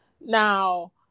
Now